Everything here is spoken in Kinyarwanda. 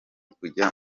kujya